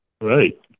Right